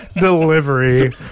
delivery